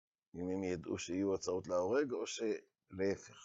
אם הם ידעו שיהיו הצעות להורג או שלהפך